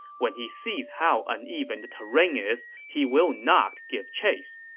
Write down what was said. when he sees how uneven the terrain is, he will not give chase.